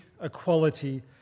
equality